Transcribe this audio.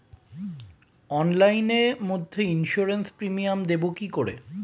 অনলাইনে মধ্যে insurance premium দেবো কি করে?